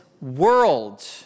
world